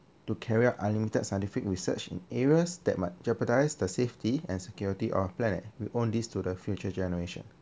to carry out unlimited scientific research in areas that might jeopardise the safety and security of planet we owe this to the future generation